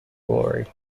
glory